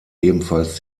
ebenfalls